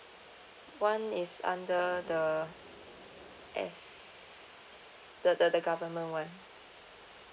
one is under the S the the the government one